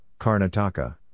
Karnataka